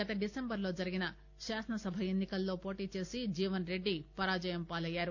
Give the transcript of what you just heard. గత డిసెంబర్ లో జరిగిన శాసనసభ ఎన్ని కల్లో పోటీ చేసి జీవన్ రెడ్డి పరాజయం పాలయ్యారు